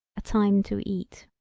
a time to eat.